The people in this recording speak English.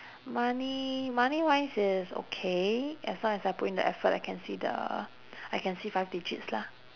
money money wise it's okay as long as I put in the effort I can see the I can see five digits lah